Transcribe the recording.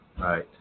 Right